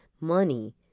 money